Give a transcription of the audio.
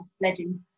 legend